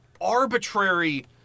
arbitrary